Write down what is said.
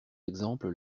exemples